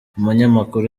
umunyamakuru